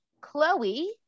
Chloe